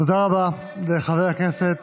תודה רבה לחבר הכנסת